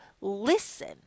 listen